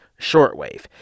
Shortwave